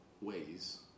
ways